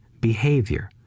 behavior